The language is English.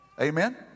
amen